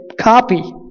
copy